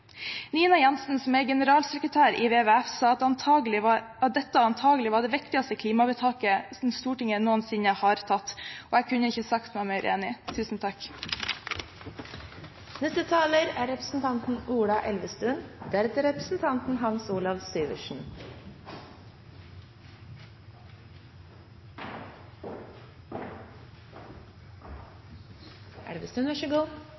Nina Jensen, som er generalsekretær i WWF, sa at dette antagelig er det viktigste klimavedtaket som Stortinget noensinne har tatt, og jeg kunne ikke sagt meg mer enig. Nettopp fordi dette kanskje er